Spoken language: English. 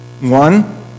One